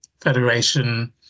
Federation